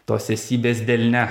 tos esybės delne